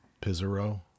Pizarro